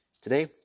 Today